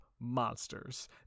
monsters